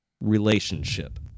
relationship